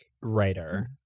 writer